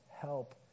help